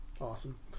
Awesome